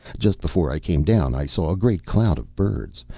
just before i came down i saw a great cloud of birds,